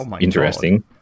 interesting